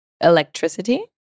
Electricity